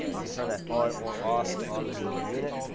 you can turn that on or off on the newer unit.